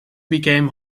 became